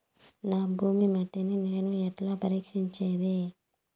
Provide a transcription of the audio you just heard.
నా భూమి మట్టిని నేను ఎట్లా పరీక్షించేది?